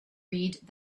read